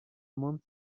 month